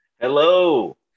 Hello